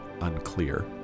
unclear